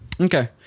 Okay